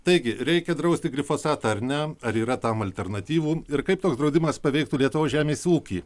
taigi reikia drausti glifosatą ar ne ar yra tam alternatyvų ir kaip toks draudimas paveiktų lietuvos žemės ūkį